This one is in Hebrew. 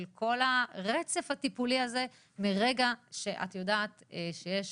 של כל הרצף הטיפולי הזה מרגע שאת יודעת שיש